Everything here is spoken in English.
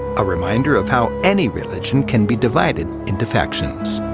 a reminder of how any religion can be divided into factions.